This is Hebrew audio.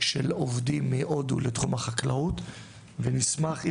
עובדים מהודו לתחום החקלאות ונשמח עם